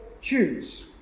choose